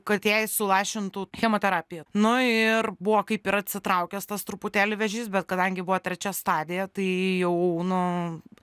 kad jai sulašintų chemoterapiją nu ir buvo kaip ir atsitraukęs tas truputėlį vėžys bet kadangi buvo trečia stadija tai jau nu